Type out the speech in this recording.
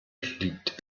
liegt